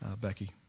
Becky